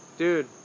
Dude